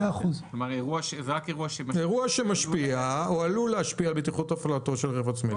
זה אירוע שמשפיע או עלול להשפיע על בטיחות הפעלתו של רכב עצמאי,